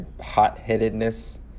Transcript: hot-headedness